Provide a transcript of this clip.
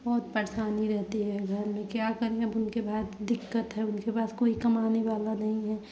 बहुत परेशानी रहती है घर में क्या करें अब उनके बाद दिक्कत है उनके पास कोई कामने वाला नहीं है